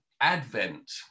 Advent